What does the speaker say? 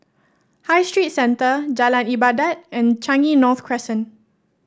High Street Centre Jalan Ibadat and Changi North Crescent